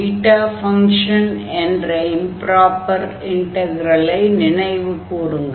beta function என்ற improper இன்டக்ரலை நினைவுகூருங்கள்